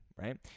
right